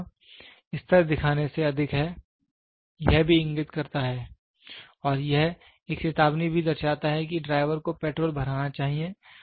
तो यहाँ स्तर दिखाने से अधिक है यह भी इंगित करता है और यह एक चेतावनी भी दर्शाता है कि ड्राइवर को पेट्रोल भराना चाहिए